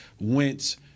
Wentz